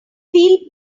feel